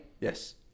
Yes